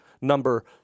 number